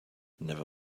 never